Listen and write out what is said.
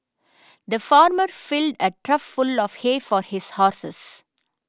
the farmer filled a trough full of hay for his horses